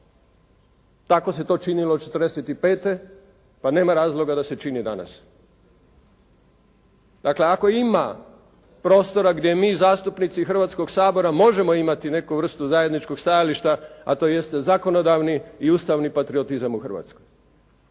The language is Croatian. Tako se to činilo '45. pa nema razloga da se čini danas. Dakle, ako ima prostora gdje mi zastupnici Hrvatskoga sabora možemo imati neku vrstu zajedničkog stajališta, a to jeste zakonodavni i ustavni patriotizam u Hrvatskoj.